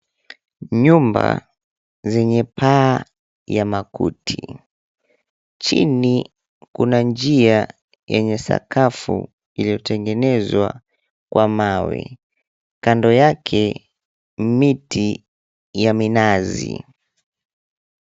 Nyumba zenye paa ya makuti. Chini kuna njia yenye sakafu iliyotengenezwa kwa mawe. Kando yake miti ya minazi.